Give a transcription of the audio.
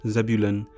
Zebulun